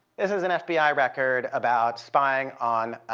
this is an fbi record about spying on